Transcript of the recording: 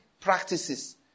practices